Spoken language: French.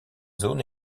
zones